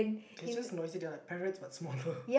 they are just noisy they are like parrots but smaller